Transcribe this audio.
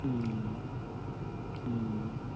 हूँ हूँ